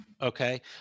Okay